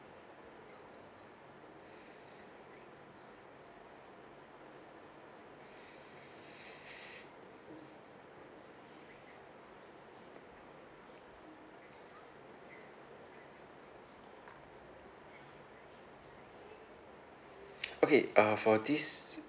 okay uh for this